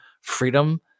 freedom